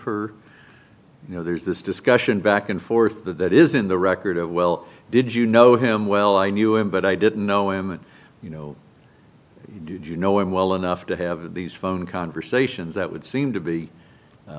her you know there's this discussion back and forth that is in the record of well did you know him well i knew him but i didn't know him you know did you know him well enough to have these phone conversations that would seem to be